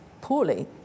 poorly